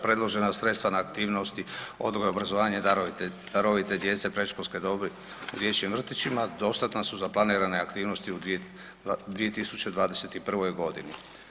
Predložena sredstva na aktivnosti odgoja, obrazovanja i darovite djece predškolske dobi u dječjim vrtićima dostatna su za planirane aktivnosti u 2021. godini.